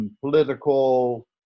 political